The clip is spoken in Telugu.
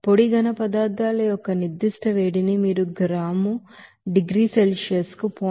డ్రై సాలీడ్స్ యొక్క స్పెసిఫిక్ హీట్ని మీరు గ్రాము డిగ్రీల సెల్సియస్ కు 0